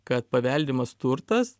kad paveldimas turtas